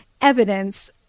evidence